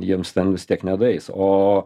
jiems ten vis tiek nedaeis o